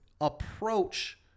approach